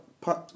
put